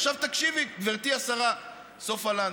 עכשיו תקשיבי, גברתי השרה סופה לנדבר,